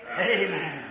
Amen